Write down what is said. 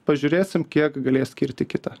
pažiūrėsim kiek galės skirti kita